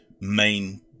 main